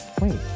wait